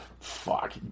Fuck